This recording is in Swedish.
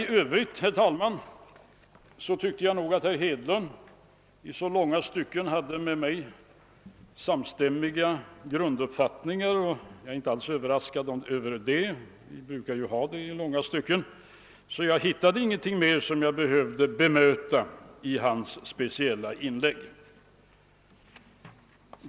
I övrigt, herr talman, hade herr Hedlund i långa stycken samma grunduppfattning som jag, och det är jag inte alls överraskad över — vi brukar ha ungefär samma uppfattning — så jag anser mig inte behöva bemöta mer i hans inlägg.